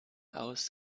aus